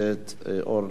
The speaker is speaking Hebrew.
בבקשה, אדוני,